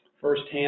firsthand